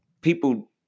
people